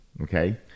okay